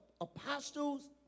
apostles